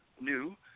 new